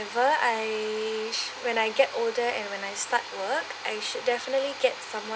I when I get older and when I start work I will definitely get someone